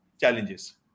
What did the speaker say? Challenges